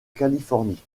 californie